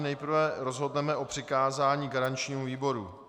Nejprve rozhodneme o přikázání garančnímu výboru.